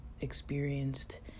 experienced